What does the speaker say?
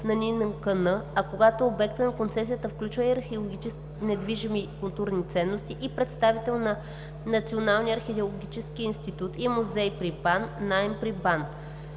на НИНКН, а когато обектът на концесията включва и археологически недвижими културни ценности – и представител на Националния археологически институт и музей при БАН (НАИМ при БАН).